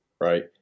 Right